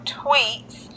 tweets